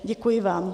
Děkuji vám.